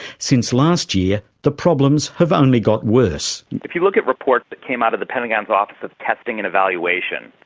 since last year, the problems have only got worse. if you look at reports that came out of the pentagon's office of testing and evaluation,